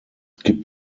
gibt